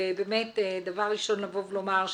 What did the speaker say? דבר ראשון לבוא ולומר,